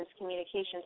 communications